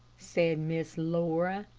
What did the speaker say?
said miss laura.